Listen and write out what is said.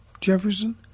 Jefferson